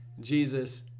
Jesus